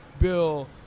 Bill